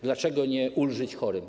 Dlaczego nie ulżyć chorym?